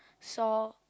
saw